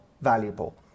valuable